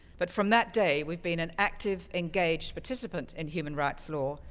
but, from that day, we've been an active, engaged participant in human rights law,